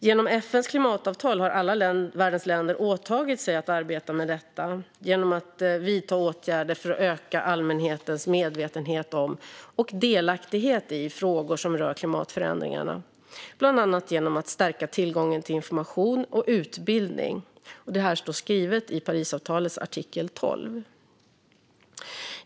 Genom FN:s klimatavtal har alla världens länder åtagit sig att arbeta med detta genom att vidta åtgärder för att öka allmänhetens medvetenhet om och delaktighet i frågor som rör klimatförändringarna, bland annat genom att stärka tillgången till information och utbildning. Det står i Parisavtalets artikel 12.